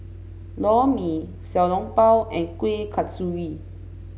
Lor Mee Xiao Long Bao and Kuih Kasturi